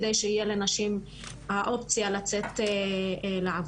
על מנת שתהיה לנשים את האופציה לצאת לעבוד.